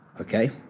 Okay